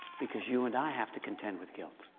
because you and i have to contend with guilt.